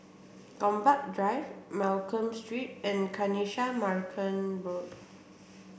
Gombak Drive Mccallum Street and Kanisha Marican Road